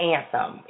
Anthem